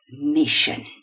mission